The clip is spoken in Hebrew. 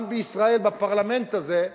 גם בישראל, בפרלמנט הזה,